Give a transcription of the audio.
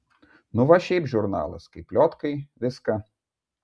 nu va šiaip žurnalas kaip pliotkai viską